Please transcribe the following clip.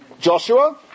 Joshua